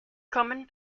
common